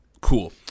Cool